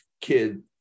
kid